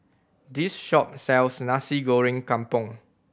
this shop sells Nasi Goreng Kampung